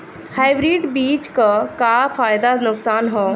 Hybrid बीज क का फायदा नुकसान ह?